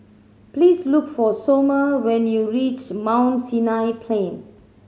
please look for Somer when you reach Mount Sinai Plain